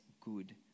good